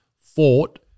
fought